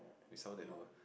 with someone that know